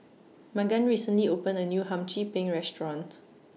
Magan recently opened A New Hum Chim Peng Restaurant